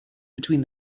between